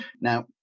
Now